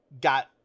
got